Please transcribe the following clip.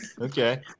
Okay